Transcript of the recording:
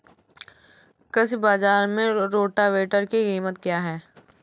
कृषि बाजार में रोटावेटर की कीमत क्या है?